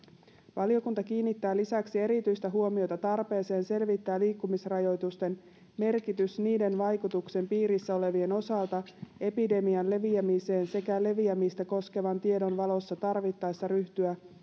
valiokunta kiinnittää lisäksi erityistä huomiota tarpeeseen selvittää liikkumisrajoitusten merkitys niiden vaikutuksen piirissä olevien osalta epidemian leviämiseen sekä leviämistä koskevan tiedon valossa tarvittaessa ryhtyä